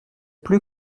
plus